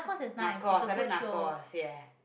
narcos I like narcos ya